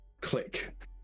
click